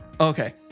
Okay